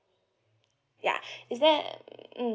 ya is there mm